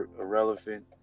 irrelevant